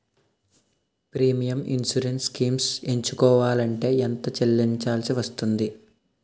Premium insurance schemes ఎంచుకోవలంటే ఎంత చల్లించాల్సివస్తుంది??